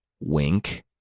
Wink